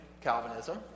Calvinism